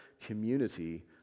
community